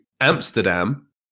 amsterdam